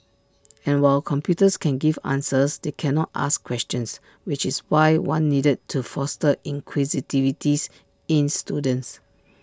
and while computers can give answers they cannot ask questions which is why one needed to foster inquisitiveness in students